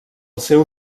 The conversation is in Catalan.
seu